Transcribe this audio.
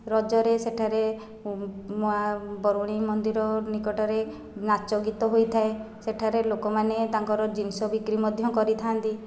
ରଜରେ ସେଠାରେ ମା' ବରୁଣେଇ ମନ୍ଦିର ନିକଟରେ ନାଚ ଗୀତ ହୋଇଥାଏ ସେଠାରେ ଲୋକମାନେ ତାଙ୍କର ଜିନିଷ ବିକ୍ରି ମଧ୍ୟ କରିଥାନ୍ତି